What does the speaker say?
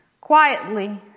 quietly